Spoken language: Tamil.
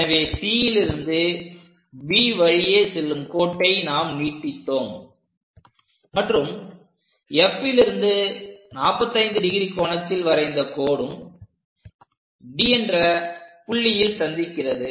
எனவே Cலிருந்து B வழியே செல்லும் கோட்டை நாம் நீட்டித்தோம் மற்றும் Fலிருந்து 45° கோணத்தில் வரைந்த கோடும் D என்ற புள்ளியில் சந்திக்கிறது